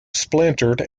splintered